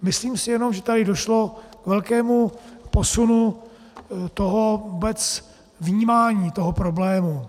Myslím si jenom, že tady došlo k velkému posunu vůbec vnímání toho problému.